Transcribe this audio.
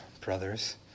brothers